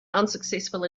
unsuccessful